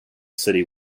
city